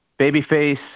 Babyface